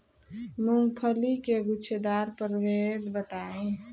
मूँगफली के गूछेदार प्रभेद बताई?